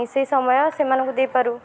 ସେଇ ସମୟ ସେମାନଙ୍କୁ ଦେଇପାରୁ